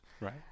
Right